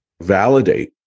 validate